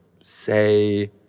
say